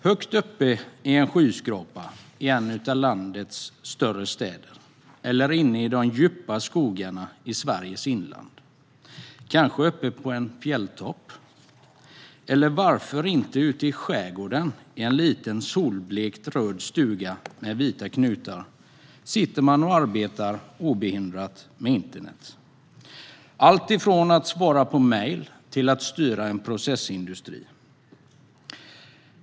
Högt uppe i en skyskrapa i en av landets större städer eller inne i de djupa skogarna i Sveriges inland, kanske uppe på en fjälltopp, eller varför inte ute i skärgården i en liten solblekt röd stuga med vita knutar, sitter man och arbetar obehindrat med internet. Det är alltifrån att svara på mejl till att styra en processindustri.